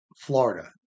Florida